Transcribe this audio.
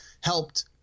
helped